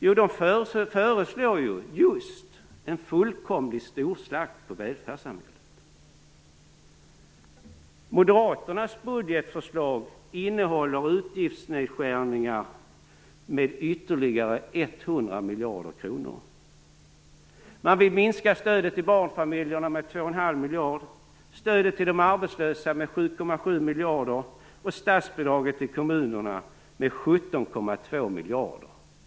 Jo, de föreslår just en fullkomlig storslakt på välfärdssamhället. Moderaternas budgetförslag innehåller utgiftsnedskärningar med ytterligare 100 miljarder kronor. De vill minska stödet till barnfamiljerna med 2,5 miljarder, stödet till de arbetslösa med 7,7 miljarder och statsbidraget till kommunerna med 17,2 miljarder.